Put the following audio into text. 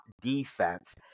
defense